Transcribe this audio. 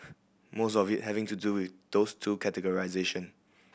most of it having to do with those two categorisation